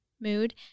mood